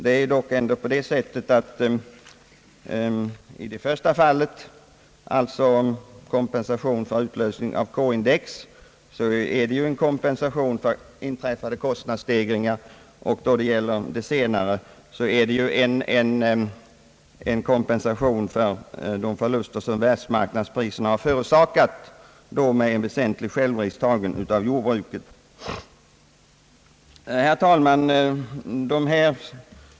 Det är dock så att i det första fallet, d.v.s. kompensationen för utlösning av K-index, gäller det en kompensation för inträffade kostnadsstegringar, och i det senare fallet rör det sig om en kompensation för de förluster som världsmarknadspriserna har förorsakat. Härvid har, som jag nyss sade, en väsentlig självrisk tagits av jordbruket. Herr talman!